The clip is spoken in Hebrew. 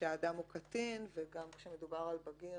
כשהאדם הוא קטין וגם כשמדובר בבגיר